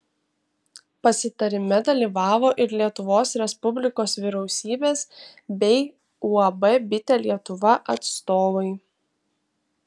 pasitarime dalyvavo ir lietuvos respublikos vyriausybės bei uab bitė lietuva atstovai